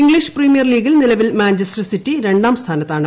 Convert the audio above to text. English premier ലീഗിൽ നിലവിൽ Manchester city രണ്ടാം സ്ഥാനത്താണ്